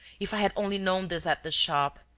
if i had only known this at the shop,